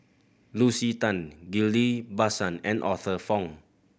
Lucy Tan Ghillie Basan and Arthur Fong